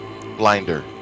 Blinder